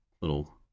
little